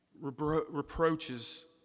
Reproaches